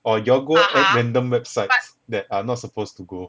or you all go random websites that are not supposed to go